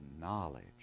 knowledge